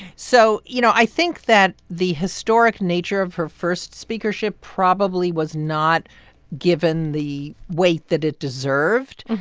so, you know, i think that the historic nature of her first speakership probably was not given the weight that it deserved.